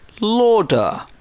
Lauder